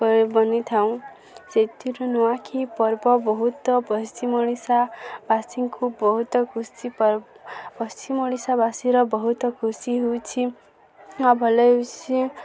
ବନେଇଥାଉ ସେଥିରୁ ନୂଆଖି ପର୍ବ ବହୁତ ପଶ୍ଚିମ ଓଡ଼ିଶାବାସୀଙ୍କୁ ବହୁତ ଖୁସି ପର୍ବ ପଶ୍ଚିମ ଓଡ଼ିଶାବାସୀର ବହୁତ ଖୁସି ହେଉଛି ଆଉ ଭଲ ହେଉଛି